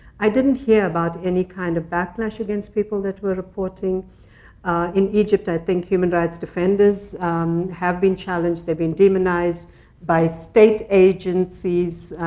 i didn't hear about any kind of backlash against people that were reporting in egypt. i think human rights defenders have been challenged. they've been demonized by state agencies,